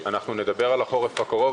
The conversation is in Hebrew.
נדבר על החורף הקרוב,